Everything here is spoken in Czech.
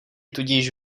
tudíž